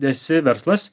esi verslas